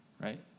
right